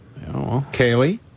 Kaylee